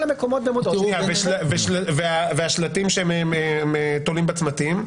המקומות --- והשלטים שתולים בצמתים?